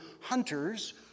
hunters